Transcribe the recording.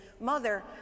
mother